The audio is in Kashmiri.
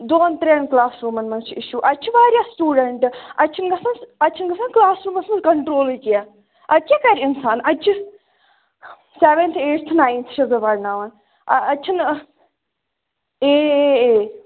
دۅن ترٛیَن کَلاس روٗمَن منٛز چھُ اِشوٗ اَتہِ چھُ واریاہ سِٹوٗڈنٛٹہٕ اَتہِ چھِنہٕ گژھان اَتہِ چھُنہٕ گژھان کَلاس روٗمَس منٛز کَنٹرٛولٕے کیٚنٛہہ اَتہِ کیٛاہ کَرِ اِنسان اَتہِ چھُ سیٚوَنتھ ایٚٹتھ نایِنتھ چھَس بہٕ پَرٕناوان اَتہِ چھُنہٕ اے اے اے